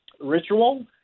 ritual